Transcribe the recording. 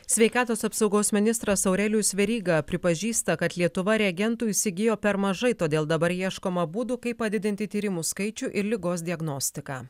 sveikatos apsaugos ministras aurelijus veryga pripažįsta kad lietuva reagentų įsigijo per mažai todėl dabar ieškoma būdų kaip padidinti tyrimų skaičių ir ligos diagnostiką